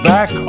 Back